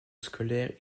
scolaire